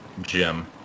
Jim